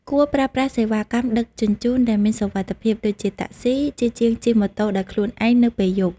គួរប្រើប្រាស់ សេវាកម្មដឹកជញ្ជូនដែលមានសុវត្ថិភាព ដូចជាតាក់ស៊ី ជាជាងជិះម៉ូតូដោយខ្លួនឯងនៅពេលយប់។